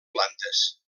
plantes